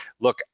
look